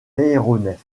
aéronefs